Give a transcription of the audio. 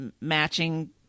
matching